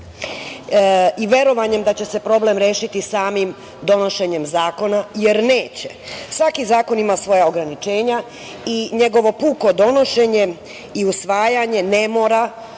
i verovanjem da će se problem rešiti samim donošenjem zakona jer neće. Svaki zakon ima svoja ograničenja i njegovo puko donošenje i usvajanje ne mora